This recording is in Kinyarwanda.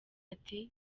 ati